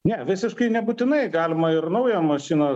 ne visiškai nebūtinai galima ir naują mašiną